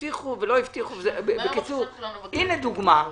זאת דוגמה.